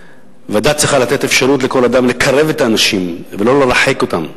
והדת צריכה לתת אפשרות לכל אדם לקרב את האנשים ולא להרחיק אותם.